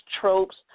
tropes